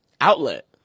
outlet